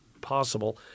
possible